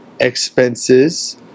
expenses